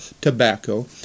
tobacco